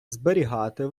зберігати